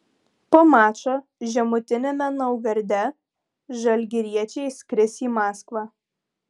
po mačo žemutiniame naugarde žalgiriečiai skris į maskvą